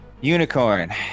Unicorn